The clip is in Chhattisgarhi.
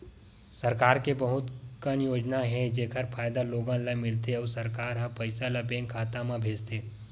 सरकार के बहुत कन योजना हे जेखर फायदा लोगन ल मिलथे अउ सरकार ह पइसा ल बेंक खाता म भेजथे